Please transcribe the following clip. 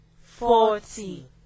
forty